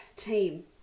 Team